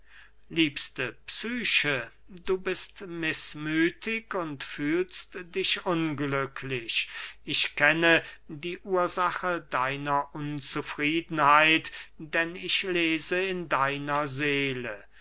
liebste psyche du bist mißmüthig und fühlst dich unglücklich ich kenne die ursache deiner unzufriedenheit denn ich lese in deiner seele